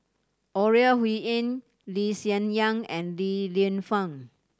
Ore Huiying Lee Hsien Yang and Li Lienfung